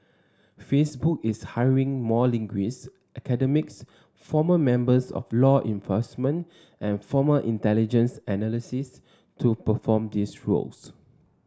Facebook is hiring more linguists academics former members of law enforcement and former intelligence analysts to perform these roles